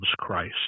Christ